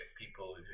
people